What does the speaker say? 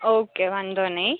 okay વાંધોનઈ